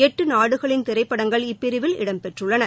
எட்டு நாடுகளின் திரைப்படங்கள் இப்பிரிவில் இடம்பெற்றுள்ளன